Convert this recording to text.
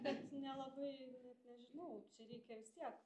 bet nelabai net nežinau čia reikia vis tiek